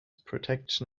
protection